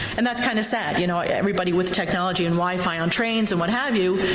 and that's kind of sad, you know, everybody with technology and wifi on trains and what have you,